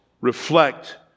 reflect